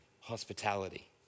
hospitality